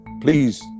please